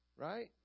right